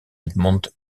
edmond